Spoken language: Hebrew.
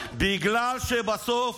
בגלל שבסוף